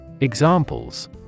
Examples